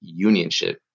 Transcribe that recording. unionship